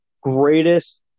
greatest